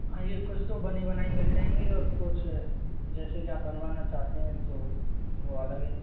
हाँ ये कुछ तो बनी बनाई मिल जाएंगी और कुछ जैसे के आप बनवाना चाहते है तो वो अलग है